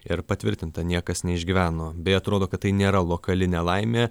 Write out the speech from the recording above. ir patvirtinta niekas neišgyveno beje atrodo kad tai nėra lokali nelaimė